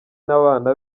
n’abana